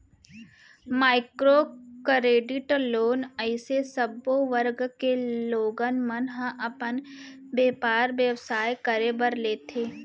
micro credit loan अइसे सब्बो वर्ग के लोगन मन ह अपन बेपार बेवसाय करे बर लेथे